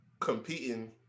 competing